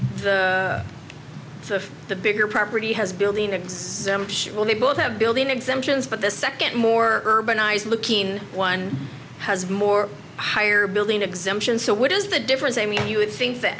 if the bigger property has building and it will be both have building exemptions but the second more urbanized looking one has more higher building exemptions so what is the difference i mean you would think that